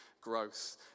growth